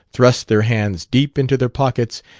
thrust their hands deep into their pockets,